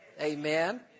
amen